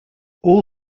all